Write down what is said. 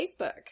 Facebook